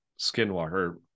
Skinwalker